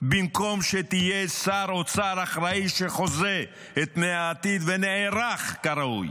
במקום שתהיה שר אוצר אחראי שחוזה את פני העתיד ונערך כראוי?